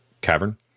cavern